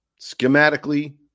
schematically